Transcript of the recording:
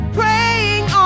praying